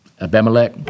Abimelech